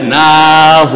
now